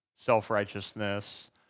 self-righteousness